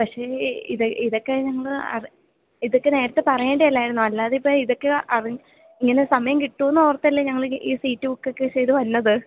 പക്ഷേ ഇതൊക്കെ ഞങ്ങൾ ഇതൊക്കെ നേരത്തെ പറയേണ്ടതല്ലായിരുന്നോ അല്ലാതിപ്പോൾ ഇതൊക്കെ അവ ഇങ്ങനെ സമയം കിട്ടുമെന്ന് ഓർത്തല്ലേ ഇങ്ങനെ സീറ്റ് ബുക്ക് ഒക്കെ ചെയ്തു വരുന്നത്